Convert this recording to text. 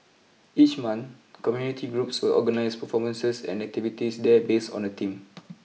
each month community groups will organise performances and activities there based on a theme